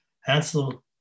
hansel